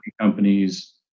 companies